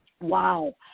wow